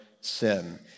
sin